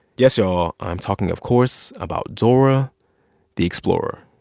yes, y'all, i'm talking of course about dora the explorer.